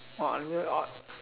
orh under orh